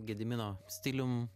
gedimino stilium